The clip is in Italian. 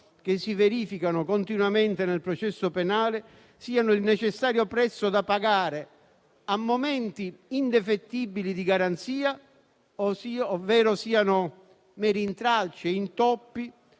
che si verificano continuamente nel processo penale siano il necessario prezzo da pagare a momenti indefettibili di garanzia ovvero siano meri intralci e intoppi,